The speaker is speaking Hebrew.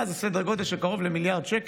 זה סדר גודל של קרוב למיליארד שקלים,